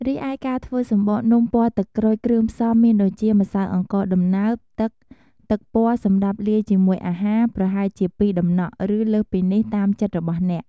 រីឯការធ្វើសំបកនំពណ៌ទឹកក្រូច គ្រឿងផ្សំមានដូចជា ម្សៅអង្ករដំណើប ទឹក ទឹកពណ៌សម្រាប់លាយជាមួយអាហារ ប្រហែលជា ២តំណក់ ឬលើសពីនេះតាមចិត្តរបស់អ្នក។